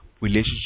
relationship